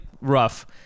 rough